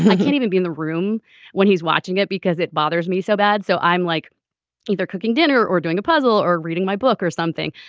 i can't even be in the room when he's watching it because it bothers me so bad. so i'm like either cooking dinner or doing a puzzle or reading my book or something.